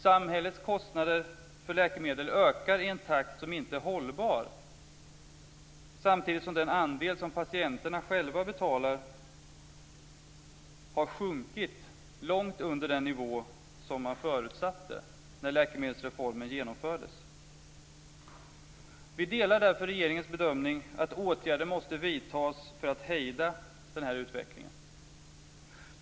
Samhällets kostnader för läkemedel ökar i en takt som inte är hållbar samtidigt som den andel som patienterna själva betalar har sjunkit långt under den nivå som man förutsatte när läkemedelsreformen genomfördes. Vi delar därför regeringens bedömning att åtgärder måste vidtas för att hejda den här utvecklingen.